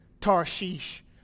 Tarshish